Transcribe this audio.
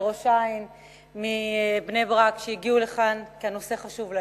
חברי מראש-העין ומבני-ברק שהגיעו לכאן כי הנושא חשוב להם,